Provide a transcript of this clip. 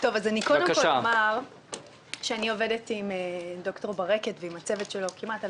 קודם כול אומר שאני עובדת עם ד"ר ברקת ועם הצוות שלו כמעט על